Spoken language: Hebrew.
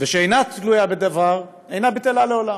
ושאינה תלויה בדבר, אינה בטלה לעולם.